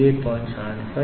500 G3 20